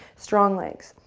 strong legs.